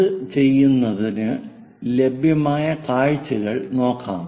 അത് ചെയ്യുന്നതിന് ലഭ്യമായ കാഴ്ചകൾ നോക്കാം